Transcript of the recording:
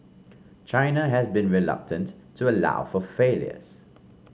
China has been reluctant to allow for failures